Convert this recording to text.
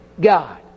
God